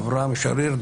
אברהם שריר,